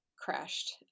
crashed